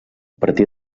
partir